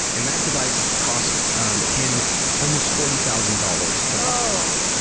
and that device cost him almost forty thousand dollars to buy,